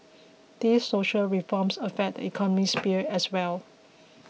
these social reforms affect the economic sphere as well